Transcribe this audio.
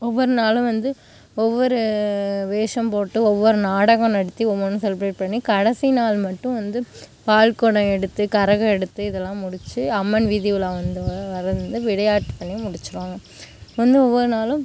ஒவ்வொரு நாளும் வந்து ஒவ்வொரு வேஷம் போட்டு ஒவ்வொரு நாடகம் நடத்தி ஒவ்வொன்று செலிப்ரேட் பண்ணி கடைசி நாள் மட்டும் வந்து பால்குடம் எடுத்து கரகம் எடுத்து இதலாம் முடிச்சு அம்மன் வீதிஉலா வந்து விளையாட்டுப்பண்ணி முடிச்சுருவாங்க வந்து ஒவ்வொரு நாளும்